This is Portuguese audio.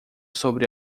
sobre